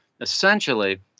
essentially